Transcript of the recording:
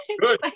good